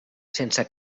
sense